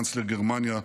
קנצלר גרמניה,